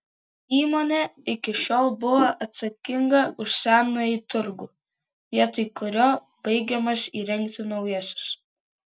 įmonė iki šiol buvo atsakinga už senąjį turgų vietoj kurio baigiamas įrengti naujasis